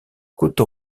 côte